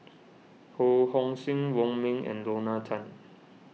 Ho Hong Sing Wong Ming and Lorna Tan